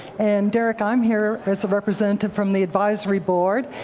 and derrick, i'm here as a representative from the advisory board.